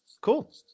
Cool